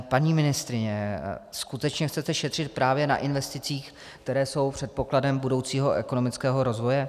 Paní ministryně, skutečně chcete šetřit právě na investicích, které jsou předpokladem budoucího ekonomického rozvoje?